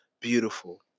beautiful